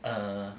err